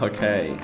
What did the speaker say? Okay